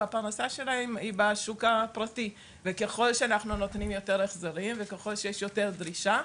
היא בשוק הפרטי וככל שאנחנו נותנים יותר החזרים וככל שיש יותר דרישה,